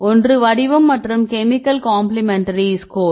ஒன்று வடிவம் மற்றும் கெமிக்கல் கம்பிளிமெண்டரி ஸ்கோர்